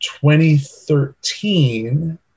2013